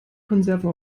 konserven